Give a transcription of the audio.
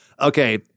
Okay